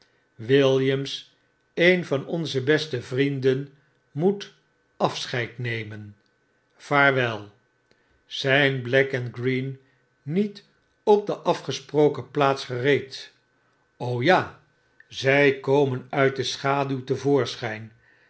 williams een onzer beste vrienden moet afscheid nemen vaarwel zyn black en green niet op de afgesproken plaats gereed ja zy komen uit de schaduw